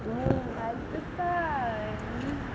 uh அதுக்கா நீ:athukkaa nee